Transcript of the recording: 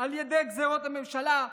על ידי גזרות הממשלה,